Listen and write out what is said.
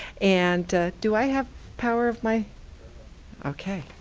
and do i have power of my ok.